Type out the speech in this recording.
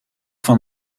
van